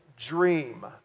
dream